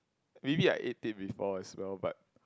maybe I eat it before as well but